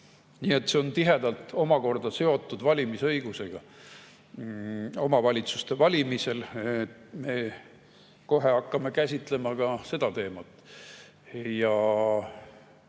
Nii et see on omakorda tihedalt seotud valimisõigusega omavalitsuste valimisel. Me kohe hakkame käsitlema ka seda teemat. Ja